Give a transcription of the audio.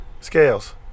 scales